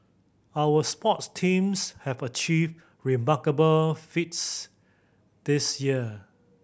our sports teams have achieved remarkable feats this year